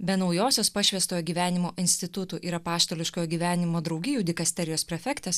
be naujosios pašvęstojo gyvenimo institutų ir apaštališkojo gyvenimo draugijų dikasterijos prefektės